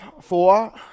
four